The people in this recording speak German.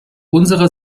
unserer